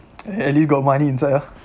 at least got money inside ah